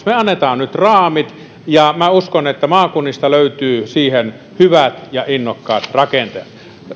me annamme nyt raamit ja minä uskon että maakunnista löytyy siihen hyvät ja innokkaat rakentajat